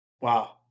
Wow